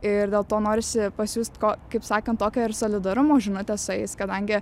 ir dėl to norisi pasiųst ko kaip sakant tokio ir solidarumo žinutę su jais kadangi